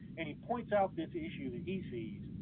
and he points out this issue that he sees,